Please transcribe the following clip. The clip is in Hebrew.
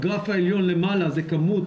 הגרף העליון למעלה זה כמות